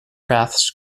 paths